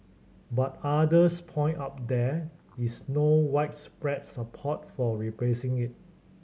but others point out there is no widespread support for replacing it